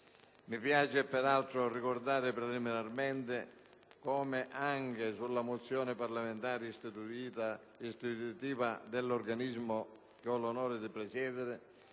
Mi piace peraltro ricordare, preliminarmente, come anche sulla mozione parlamentare istitutiva dell'organismo che ho l'onore di presiedere,